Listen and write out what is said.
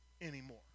anymore